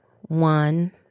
one